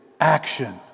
action